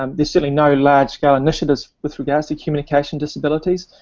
um there's really no large-scale initiatives with regard to communication disabilities.